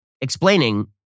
explaining